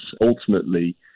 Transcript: Ultimately